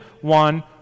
one